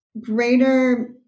greater